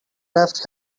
left